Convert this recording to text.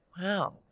Wow